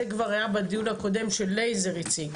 זה כבר היה בדיון הקודם שלייזר הציג,